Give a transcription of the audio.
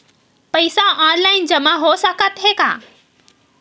पईसा ऑनलाइन जमा हो साकत हे का?